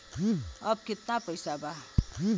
अब कितना पैसा बा?